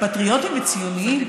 פטריוטים וציוניים,